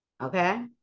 Okay